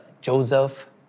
Joseph